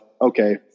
okay